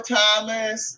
Thomas